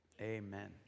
amen